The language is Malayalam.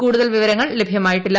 കൂടുതൽ വിവരങ്ങൾ ലഭ്യമായിട്ടില്ല